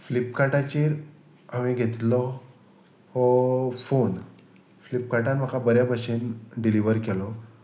फ्लिपकार्टाचेर हांवें घेतिल्लो हो फोन फ्लिपकार्टान म्हाका बऱ्या भशेन डिलिवर केलो